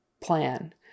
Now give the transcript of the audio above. plan